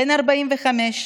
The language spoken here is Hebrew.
בן 45,